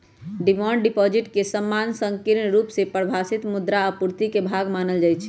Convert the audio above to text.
demand deposit के सामान्य संकीर्ण रुप से परिभाषित मुद्रा आपूर्ति के भाग मानल जाइ छै